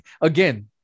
again